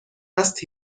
است